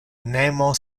nemo